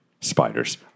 spiders